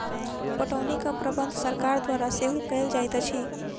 पटौनीक प्रबंध सरकार द्वारा सेहो कयल जाइत अछि